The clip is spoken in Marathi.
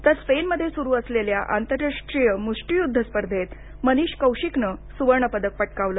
तर स्पेनमध्ये सुरू असलेल्या आंतरराष्ट्रीय मुष्टियुद्ध स्पर्धेत मनीष कौशिकनं सुवर्ण पदक पटकावलं